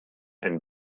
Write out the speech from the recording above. ein